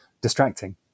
distracting